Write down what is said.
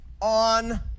on